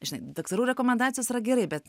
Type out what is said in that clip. žinai daktarų rekomendacijos yra gerai bet